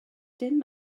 dim